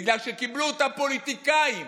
בגלל שקיבלו אותה פוליטיקאים